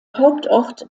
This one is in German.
hauptort